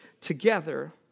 Together